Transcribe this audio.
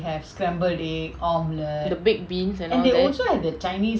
the baked beans and all that